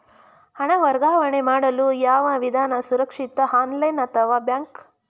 ಹಣ ವರ್ಗಾವಣೆ ಮಾಡಲು ಯಾವ ವಿಧಾನ ಸುರಕ್ಷಿತ ಆನ್ಲೈನ್ ಅಥವಾ ಬ್ಯಾಂಕ್?